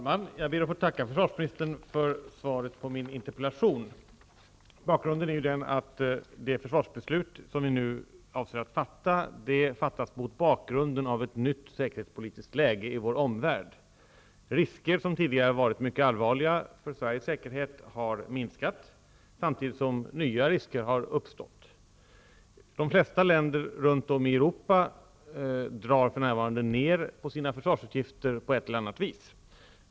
Herr talman! Jag ber att få tacka försvarsministern för svaret på min interpellation. Bakgrunden är den att det försvarsbeslut som vi nu avser att fatta fattas mot bakgrunden av ett nytt säkerhetspolitiskt läge i vår omvärld. Risker för Sveriges säkerhet som tidigare varit mycket allvarliga har minskat, samtidigt som nya risker har uppstått. De flesta länder runt om i Europa drar för närvarande ned på sina försvarsutgifter på ett eller annat vis.